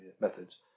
methods